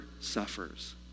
suffers